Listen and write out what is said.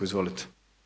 Izvolite.